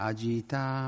Agita